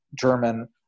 German